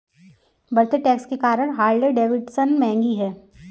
बढ़ते टैक्स के कारण हार्ले डेविडसन महंगी हैं